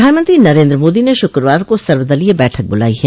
प्रधानमंत्री नरेंद्र मोदी ने शुक्रवार को सर्वदलीय बैठक बुलाई है